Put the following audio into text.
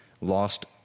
lost